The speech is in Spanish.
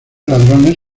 ladrones